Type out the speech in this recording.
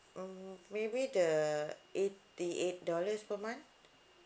mm maybe the eighty eight dollars per month